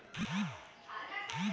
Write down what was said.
Credit कार्डचं व्याज कितीक रायते?